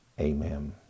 Amen